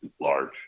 large